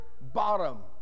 bottom